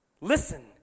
Listen